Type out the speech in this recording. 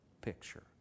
picture